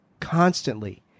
constantly